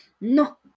No